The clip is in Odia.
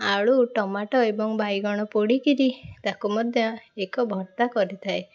ଆଳୁ ଟମାଟୋ ଏବଂ ବାଇଗଣ ପୋଡ଼ିକିରି ତାକୁ ମଧ୍ୟ ଏକ ଭର୍ତ୍ତା କରିଥାଏ